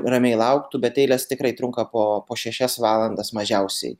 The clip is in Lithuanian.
ramiai lauktų bet eilės tikrai trunka po po šešias valandas mažiausiai